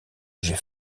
j’ai